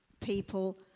people